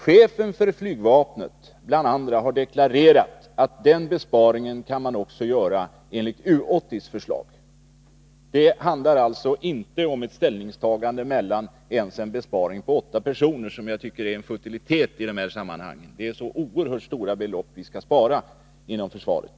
Chefen för flygvapnet har deklarerat att den ytterligare besparingen kan man också göra enligt U 80:s förslag. Det handlar alltså inte om ett ställningstagande till ens en besparing på åtta tjänster — som jag tycker är en futilitet i de här sammanhangen — när det är så oerhört stora belopp som vi skall spara inom försvaret.